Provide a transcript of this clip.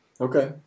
Okay